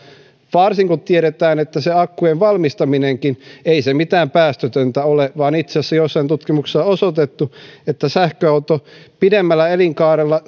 varsinkin kun tiedetään että ei se akkujen valmistaminenkaan mitään päästötöntä ole vaan itse asiassa joissain tutkimuksissa on osoitettu että sähköauto pidemmällä elinkaarella